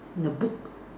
in a book